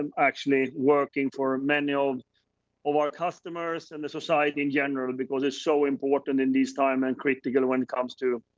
um actually, working for many of of our customers. and the society in general and because it's so important in these times and critical when it comes to